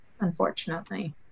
unfortunately